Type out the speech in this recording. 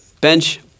bench